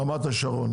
ברמת השרון,